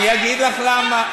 אני אגיד לך למה,